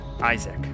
Isaac